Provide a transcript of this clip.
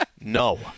no